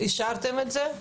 אישרתם את זה?